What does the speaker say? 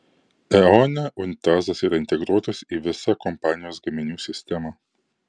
eone unitazas yra integruotas į visą kompanijos gaminių sistemą